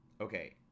Okay